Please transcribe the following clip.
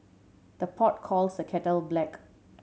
the pot calls the kettle black